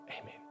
Amen